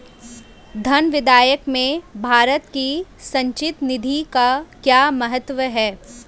धन विधेयक में भारत की संचित निधि का क्या महत्व है?